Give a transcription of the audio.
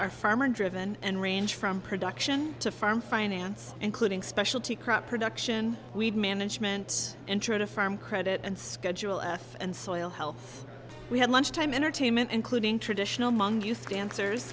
are farmer driven and range from production to farm finance including specialty crop production weed management and try to farm credit and schedule f and soil health we had lunch time entertainment including traditional mongoose dancers